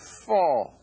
fall